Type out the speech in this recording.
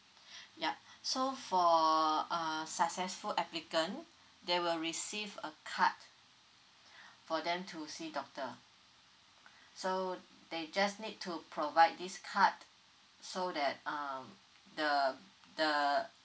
yup so for uh successful applicant they will receive a card for them to see doctor so they just need to provide this card so that um the the